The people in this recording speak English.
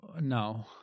No